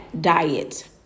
diet